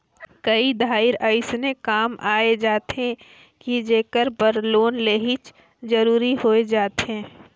कए धाएर अइसे काम आए जाथे कि जेकर बर लोन लेहई जरूरी होए जाथे